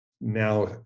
now